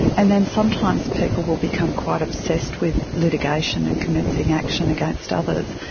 and then sometimes people will become quite obsessed with litigation and commencing action against others,